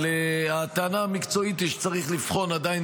הטענה המקצועית היא שצריך לבחון עדיין